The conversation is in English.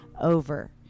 over